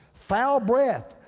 foul breath,